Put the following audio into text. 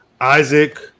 Isaac